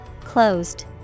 Closed